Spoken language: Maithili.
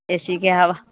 एसीके हवा